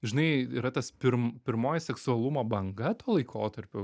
žinai yra tas pirm pirmoji seksualumo banga tuo laikotarpiu